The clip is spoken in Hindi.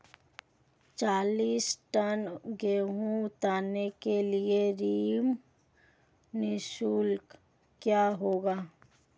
चालीस टन गेहूँ उतारने के लिए श्रम शुल्क क्या होगा?